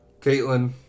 Caitlin